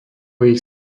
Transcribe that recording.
ich